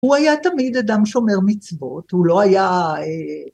‫הוא היה תמיד אדם שומר מצוות, ‫הוא לא היה...